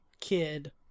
kid